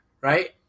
Right